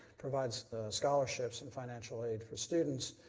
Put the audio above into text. provide so scholarships and financial aid for students,